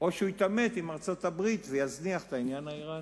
או שהוא יתעמת עם ארצות-הברית ויזניח את העניין האירני.